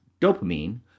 dopamine